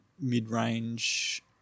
mid-range